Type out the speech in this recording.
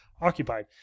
occupied